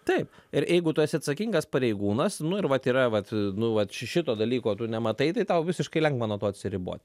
taip ir jeigu tu esi atsakingas pareigūnas nu ir vat yra vat nu vat šito dalyko tu nematai tai tau visiškai lengva nuo to atsiribot